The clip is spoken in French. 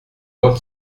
moi